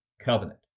Covenant